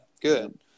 Good